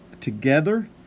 together